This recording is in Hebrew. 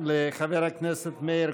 תודה, חבר הכנסת קלנר.